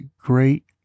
great